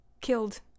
killed